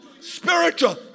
Spiritual